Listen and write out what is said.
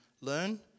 learn